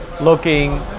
looking